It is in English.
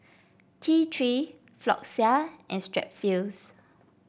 T Three Floxia and Strepsils